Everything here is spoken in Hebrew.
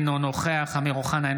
אינו נוכח אמיר אוחנה,